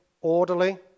orderly